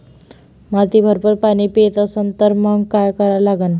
माती भरपूर पाणी पेत असन तर मंग काय करा लागन?